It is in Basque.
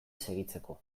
segitzeko